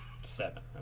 seven